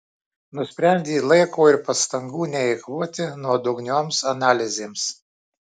nusprendė laiko ir pastangų neeikvoti nuodugnioms analizėms